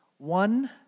One